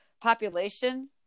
population